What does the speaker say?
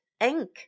Ink